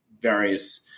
various